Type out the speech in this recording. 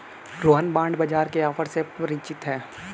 Rohan bond बाजार के offer से परिचित है